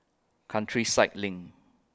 Countryside LINK